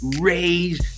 rage